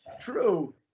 True